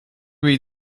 read